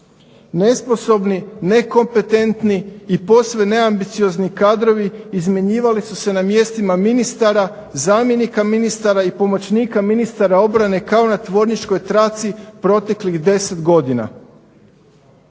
Nesposobni, nekompetentni i posve neambiciozni kadrovi izmjenjivali su se na mjestima ministara, zamjenika ministara i pomoćnika ministara obrane kao na tvorničkoj traci proteklih 10 godina.